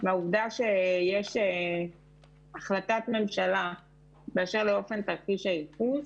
מהעובדה שיש החלטת ממשלה באשר לאופן תרחיש הייחוס,